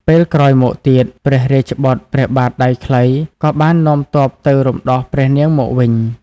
ពេលក្រោយមកទៀត ព្រះរាជបុត្រព្រះបាទដៃខ្លីក៏បាននាំទ័ពទៅរំដោះព្រះនាងមកវិញ។